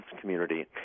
community